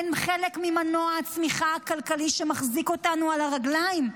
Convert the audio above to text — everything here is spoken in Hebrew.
הן חלק ממנוע צמיחה כלכלית שמחזיק אותנו על הרגליים.